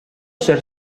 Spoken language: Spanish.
ser